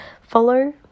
Follow